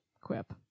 quip